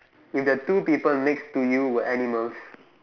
if the two people next to you were animals